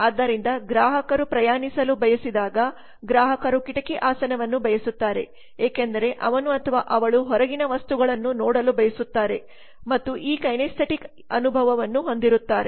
ಆದ್ದರಿಂದ ಗ್ರಾಹಕರು ಪ್ರಯಾಣಿಸಲು ಬಯಸಿದಾಗ ಗ್ರಾಹಕರು ಕಿಟಕಿ ಆಸನವನ್ನು ಬಯಸುತ್ತಾರೆ ಏಕೆಂದರೆ ಅವನು ಅಥವಾ ಅವಳು ಹೊರಗಿನ ವಸ್ತುಗಳನ್ನು ನೋಡಲು ಬಯಸುತ್ತಾರೆ ಮತ್ತು ಈ ಕೈನೆಸ್ಥೆಟಿಕ್ ಅನುಭವವನ್ನು ಹೊಂದಿರುತ್ತಾರೆ